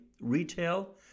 retail